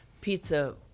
pizza